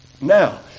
Now